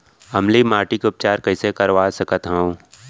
अम्लीय माटी के उपचार कइसे करवा सकत हव?